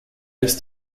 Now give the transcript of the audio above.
ist